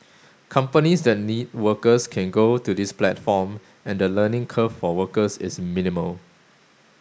companies that need workers can go to this platform and the learning curve for workers is minimal